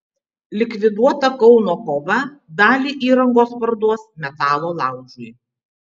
likviduota kauno kova dalį įrangos parduos metalo laužui